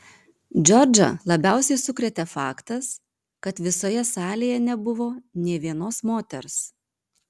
džordžą labiausiai sukrėtė faktas kad visoje salėje nebuvo nė vienos moters